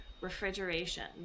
refrigeration